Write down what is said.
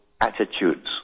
attitudes